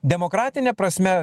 demokratine prasme